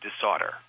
disorder